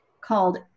called